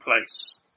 place